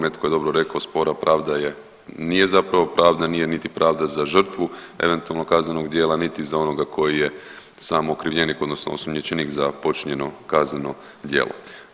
Netko je dobro rekao spora pravda nije zapravo pravda, nije niti pravda za žrtvu eventualnog kaznenog djela niti za onog koji je sam okrivljenik, odnosno osumnjičenik za počinjeno kazneno djelo.